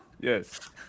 Yes